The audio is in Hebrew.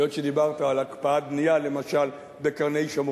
היות שדיברת על הקפאת בנייה למשל בקרני-שומרון,